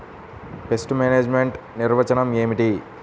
Pest management నిర్వచనం ఏమిటి?